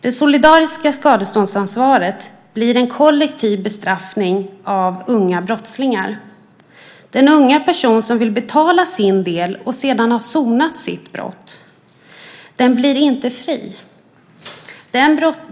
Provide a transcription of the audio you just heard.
Det solidariska skadeståndsansvaret blir en kollektiv bestraffning av unga brottslingar. Den unga person som vill betala sin del och sedan ha sonat sitt brott blir inte fri.